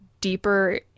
deeper